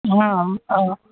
অঁ অঁ